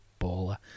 baller